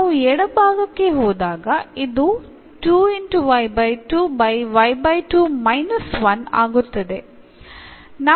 ನಾವು ಎಡಭಾಗಕ್ಕೆ ಹೋದಾಗ ಇದು ಆಗುತ್ತದೆ